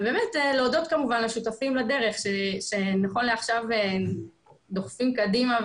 ובאמת להודות כמובן לשותפים לדרך שנכון לעכשיו דוחפים קדימה.